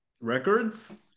records